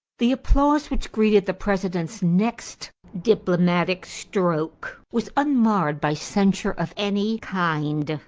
the applause which greeted the president's next diplomatic stroke was unmarred by censure of any kind.